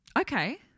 Okay